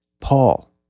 Paul